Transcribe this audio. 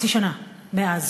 חצי שנה מאז.